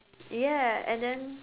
ya and then